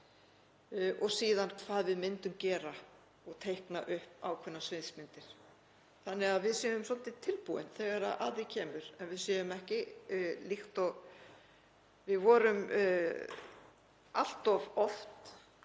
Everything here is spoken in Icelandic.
og síðan hvað við myndum gera og teikna upp ákveðnar sviðsmyndir þannig að við séum svolítið tilbúin þegar að því kemur. Við séum ekki, líkt og við gerðum allt of oft